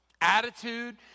attitude